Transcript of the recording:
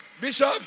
Bishop